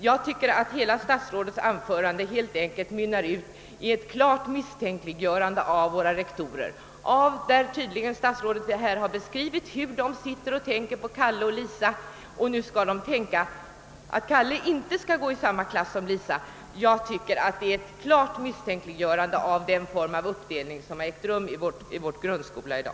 Jag tycker att statsrådets hela anförande helt enkelt mynnar ut i ett klart misstänkliggörande av våra rektorer, som tydligen enligt vad statsrådet här har beskrivit i framtiden skall sitta och tänka på att Kalle inte skall gå i samma klass som Lisa. Jag tycker att det är ett tydligt misstänkliggörande av den form av uppdelning som äger rum i vår grundskola i dag.